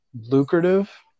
lucrative